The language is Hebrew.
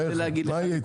בחייך, מה יהיה איתך?